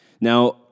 Now